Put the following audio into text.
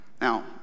Now